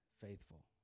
faithful